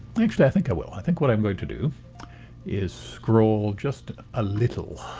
actually, i think i will. i think what i'm going to do is scroll just a little